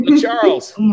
charles